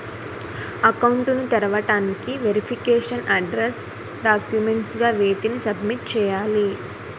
Account ను తెరవటానికి verification address documents గా వేటిని సబ్మిట్ చేయాలి?